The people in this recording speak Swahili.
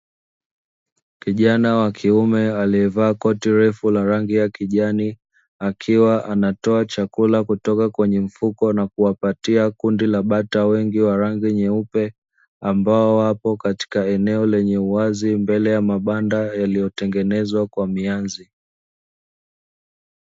Kijana wa kiume aliyevaa koti refu la rangi kijani, akiwa anatoa chakula kutoka kwenye mifuko na kuwapatia kundi la bata wengi wa rangi nyeupe, ambao wapo katika eneo lenye uwazi mbele ya mabanda yaliyotengenezwa kwa mianzi.